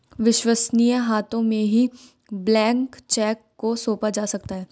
विश्वसनीय हाथों में ही ब्लैंक चेक को सौंपा जा सकता है